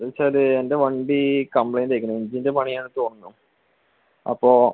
എന്താണ് വെച്ചാൽ എൻ്റെ വണ്ടി കംപ്ലെയിന്റ് ആയിരിക്കുന്നു എഞ്ചിൻ്റെ പണിയാണ് തോന്നുന്നു അപ്പോൾ